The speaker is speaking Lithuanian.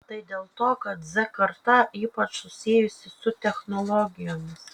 tai dėl to kad z karta ypač susijusi su technologijomis